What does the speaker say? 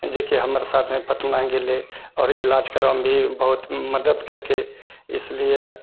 जेकि हमर साथमे पटना गेलय आओर ईलाज करयमे भी बहुत मदद करके इसलिए हम